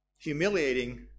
humiliating